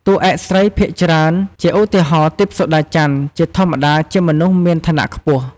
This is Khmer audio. តួឯកស្រីភាគច្រើន ជាឧទាហរណ៍ ទិព្វសូដាច័ន្ទ ជាធម្មតាជាមនុស្សមានឋានៈខ្ពស់។